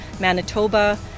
Manitoba